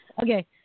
Okay